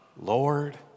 Lord